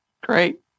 Great